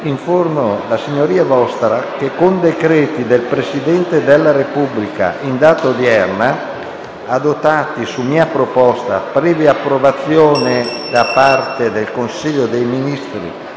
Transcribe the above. informo la S.V. che con decreti del Presidente della Repubblica in data odierna, adottati su mia proposta, previa approvazione da parte del Consiglio dei Ministri,